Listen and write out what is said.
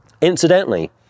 Incidentally